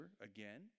again